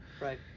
Right